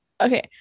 Okay